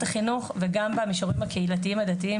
החינוך וגם במישורים הקהילתיים הדתיים,